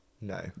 no